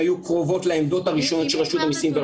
היו קרובות לעמדות הראשוניות של רשות המיסים.